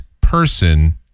person